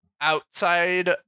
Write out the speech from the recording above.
outside